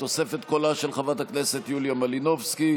בתוספת קולה של חברת הכנסת יוליה מלינובסקי,